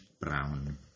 Brown